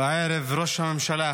בערב ראש הממשלה